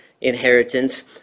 inheritance